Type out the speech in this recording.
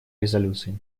резолюции